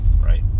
right